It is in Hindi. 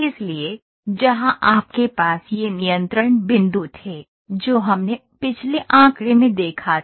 इसलिए जहां आपके पास ये नियंत्रण बिंदु थे जो हमने पिछले आंकड़े में देखा था